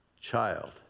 child